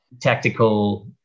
tactical